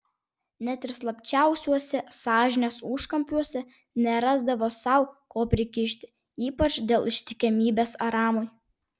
net ir slapčiausiuose sąžinės užkampiuose nerasdavo sau ko prikišti ypač dėl ištikimybės aramui